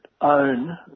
own